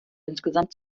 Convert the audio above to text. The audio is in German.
insgesamt